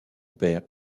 père